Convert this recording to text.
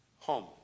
home